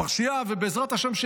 ובעזרת השם,